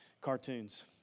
cartoons